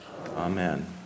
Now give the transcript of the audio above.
Amen